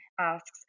asks